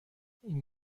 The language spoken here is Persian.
این